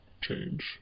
change